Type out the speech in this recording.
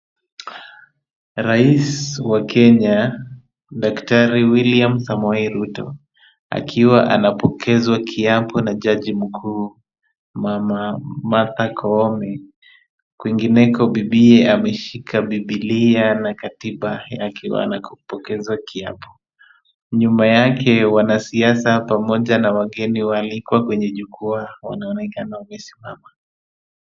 Rais wa Kenya daktari William Samoei Ruto akiwa anapokezwa kiapo na jaji mkuu mama Martha Koome. Kwingineko bibiye ameshika bibilia na katiba akiwa anapokezwa kiapo. Nyuma yake wanasiasa pamoja na wageni waalikwa kwenye jukwaa wanaonekana wamesimama.